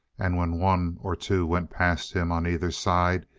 and when one or two went past him on either side,